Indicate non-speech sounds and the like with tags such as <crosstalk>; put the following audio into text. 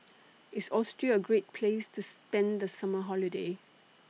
<noise> IS Austria A Great Place to spend The Summer Holiday